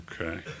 Okay